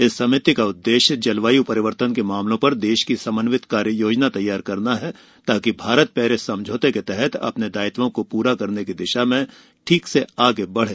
इस समिति का उद्देश्य जलवायू परिवर्तन के मामलों पर देश की समन्वित कार्ययोजना तैयार करना है ताकि भारत पेरिस समझौते के तहत अपने दायित्वों को पूरा करने की दिशा में ठीक से आगे बढ़े